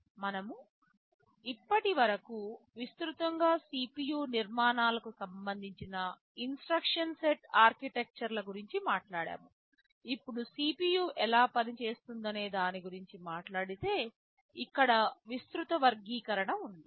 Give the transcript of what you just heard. మనము ఇప్పటివరకు విస్తృతంగా CPU నిర్మాణాలకు సంబంధించిన ఇన్స్ట్రక్షన్ సెట్ ఆర్కిటెక్చర్ల గురించి మాట్లాడాము ఇప్పుడు CPU ఎలా పనిచేస్తుందనే దాని గురించి మాట్లాడితే ఇక్కడ విస్తృత వర్గీకరణ ఉంది